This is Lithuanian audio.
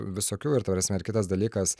visokių ir ta prasme ar kitas dalykas